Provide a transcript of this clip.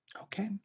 Okay